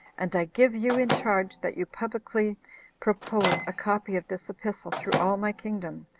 and i give you in charge, that you publicly propose a copy of this epistle through all my kingdom,